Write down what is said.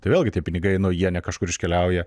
tai vėlgi tie pinigai nu jie ne kažkur iškeliauja